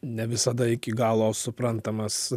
ne visada iki galo suprantamas